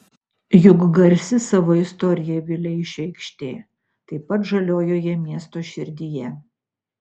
juk garsi savo istorija vileišio aikštė taip pat žaliojoje miesto širdyje